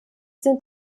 sind